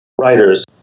writers